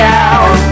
out